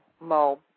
Mo